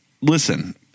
listen